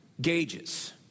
gauges